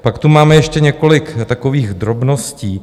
Pak tu máme ještě několik takových drobností.